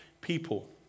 people